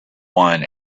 one